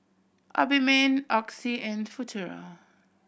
Obimin Oxy and Futuro